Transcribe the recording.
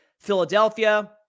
Philadelphia